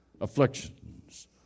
afflictions